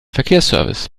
verkehrsservice